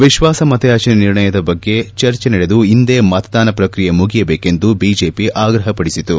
ವಿಶ್ವಾಸಮತಯಾಚನೆ ನಿರ್ಣಯದ ಬಗ್ಗೆ ಚರ್ಚೆ ನಡೆದು ಇಂದೇ ಮತದಾನ ಪ್ರಕ್ರಿಯೆ ಮುಗಿಯಬೇಕೆಂದು ಬಿಜೆಪಿ ಆಗ್ರಹಪಡಿಸಿತು